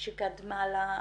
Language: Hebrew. שקדמה לה,